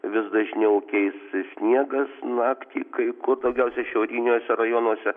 vis dažniau keis sniegas naktį kai kur daugiausia šiauriniuose rajonuose